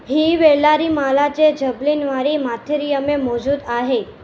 ही वेलारीमाला जे जबलनि वारी माथिरीअ में मौजूदु आहे